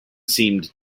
seemed